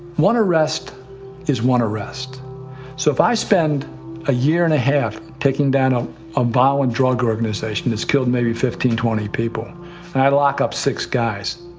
one arrest is one arrest so if i spend a year and a half taking down um a violent drug organization that's killed maybe fifteen twenty people and i lock up six guys.